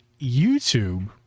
YouTube